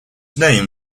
name